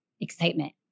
excitement